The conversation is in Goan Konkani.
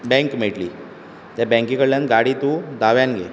बँक मेळटली त्या बँके कडल्यान गाडी तूं दाव्यान घे